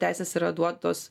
teisės yra duotos